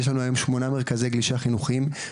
יש לנו היום כ-8 מרכזים שהם חינוכיים,